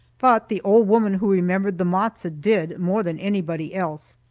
but the old woman who remembered the matzo did, more than anybody else.